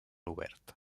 obert